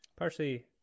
Partially